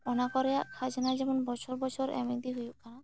ᱚᱱᱟ ᱠᱚᱨᱮᱭᱟᱜ ᱠᱷᱟᱡᱽᱱᱟ ᱡᱮᱢᱚᱱ ᱵᱚᱪᱷᱚᱨ ᱵᱚᱪᱷᱚᱨ ᱮᱢ ᱤᱫᱤ ᱦᱩᱭᱩᱜᱼᱟ ᱠᱟᱱᱟ